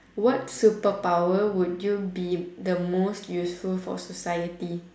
what superpower would you be the most useful for society